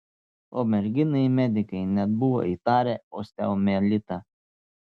o merginai medikai net buvo įtarę osteomielitą